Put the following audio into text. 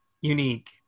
unique